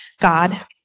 God